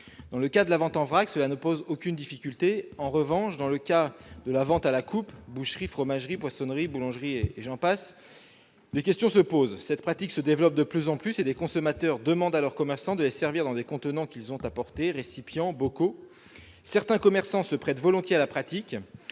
Dans le cas de la vente en vrac, cela ne pose aucune difficulté. En revanche, dans le cas de la vente à la coupe- boucherie, fromagerie, poissonnerie, boulangerie ...-, des questions se posent. Cette pratique se développe de plus en plus, et des consommateurs demandent à leurs commerçants de les servir dans des contenants- récipients, bocaux ... -qu'ils ont apportés. Certains commerçants se prêtent volontiers à cette pratique.